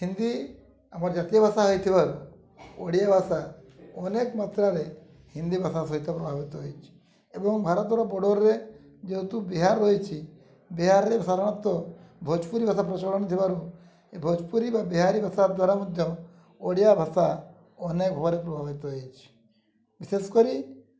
ହିନ୍ଦୀ ଆମର ଜାତୀୟ ଭାଷା ହେଇଥିବାରୁ ଓଡ଼ିଆ ଭାଷା ଅନେକ ମାତ୍ରାରେ ହିନ୍ଦୀ ଭାଷା ସହିତ ପ୍ରଭାବିତ ହେଇଛି ଏବଂ ଭାରତର ବୋର୍ଡ଼ର୍ରେ ଯେହେତୁ ବିହାର ରହିଛି ବିହାରରେ ସାଧାରଣତଃ ଭୋଜପୁରୀ ଭାଷା ପ୍ରଚଳନ ଥିବାରୁ ଭୋଜପୁରୀ ବା ବିହାରୀ ଭାଷା ଦ୍ୱାରା ମଧ୍ୟ ଓଡ଼ିଆ ଭାଷା ଅନେକ ଭାବରେ ପ୍ରଭାବିତ ହେଇଛି ବିଶେଷ କରି